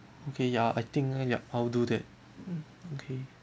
okay ya I think yup I'll do that mm okay